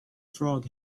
frog